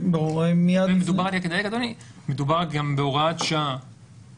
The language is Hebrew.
מדובר גם בהוראת שעה